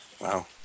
Wow